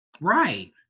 right